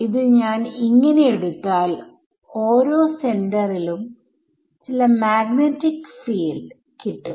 ഇത് ഞാൻ ഇങ്ങനെ എടുത്താൽ ഓരോ സെന്ററിലും ചില മാഗ്നെറ്റിക് ഫീൽഡ് കിട്ടും